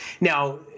Now